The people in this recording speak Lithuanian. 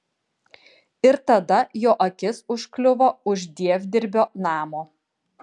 ir tada jo akis užkliuvo už dievdirbio namo